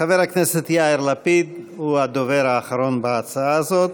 חבר הכנסת יאיר לפיד הוא הדובר האחרון בהצעה הזאת.